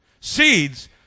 Seeds